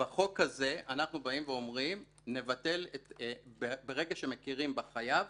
בחוק הזה אנחנו באים ואומרים שברגע שמכירים בחייב,